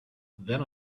then